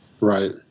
Right